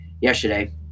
yesterday